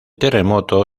terremoto